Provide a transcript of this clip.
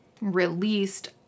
released